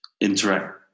Interact